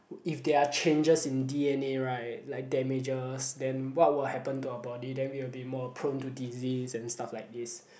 if there are changes in d_n_a right like damages then what will happen to our body then we will be more prone to disease and stuff like this